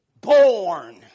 born